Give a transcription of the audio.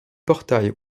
portails